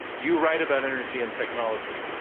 you write about energy and technology.